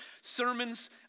sermons